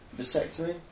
vasectomy